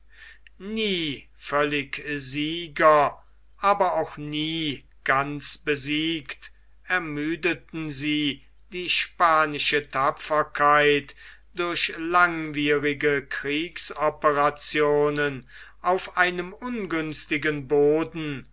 nie völlig sieger aber auch nie ganz besiegt ermüdeten sie die spanische tapferkeit durch langwierige kriegsoperationen auf einem ungünstigen boden